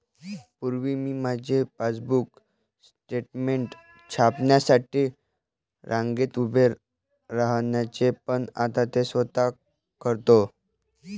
पूर्वी मी माझे पासबुक स्टेटमेंट छापण्यासाठी रांगेत उभे राहायचो पण आता ते स्वतः करतो